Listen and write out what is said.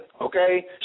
okay